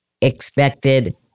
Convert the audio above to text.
expected